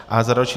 A za další.